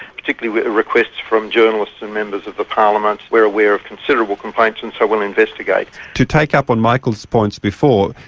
particularly requests from journalists and members of the parliament. we're aware of considerable complaints and so we'll investigate. to take up on michael's points before,